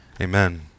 Amen